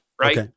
right